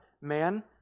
man